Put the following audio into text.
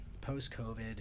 post-COVID